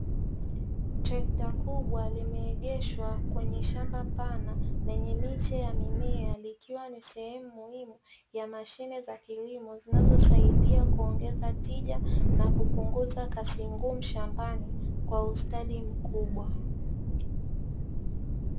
Trekta kubwa limeegeshwa kwenye shamba pana lenye miche ya mimea likiwa ni sehemu muhimu ya mashine za kilimo zinazosaidia kuongeza tija na kupunguza kazi ngumu shambani kwa ustadi mkubwa.